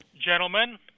Gentlemen